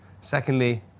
Secondly